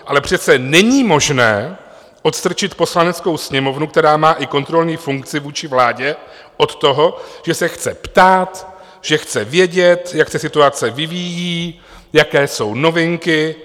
Ale přece není možné odstrčit Poslaneckou sněmovnu, která má i kontrolní funkci vůči vládě, od toho, že se chce ptát, že chce vědět, jak se situace vyvíjí, jaké jsou novinky.